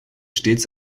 stets